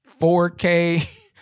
4k